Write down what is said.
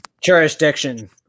jurisdiction